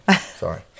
Sorry